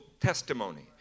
testimony